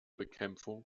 bekämpfung